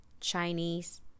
Chinese